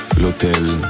l'hôtel